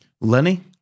Lenny